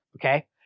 okay